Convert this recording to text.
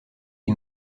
qui